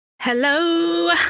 Hello